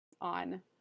on